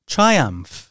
Triumph